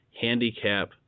handicap